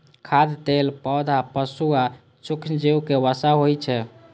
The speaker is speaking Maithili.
खाद्य तेल पौधा, पशु आ सूक्ष्मजीवक वसा होइ छै